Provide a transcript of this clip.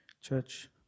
church